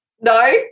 no